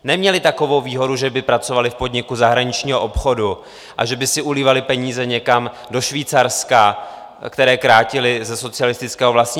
Neměli takovou výhodu, že by pracovali v podniku zahraničního obchodu a že by si ulívali peníze někam do Švýcarska, které krátili ze socialistického vlastnictví.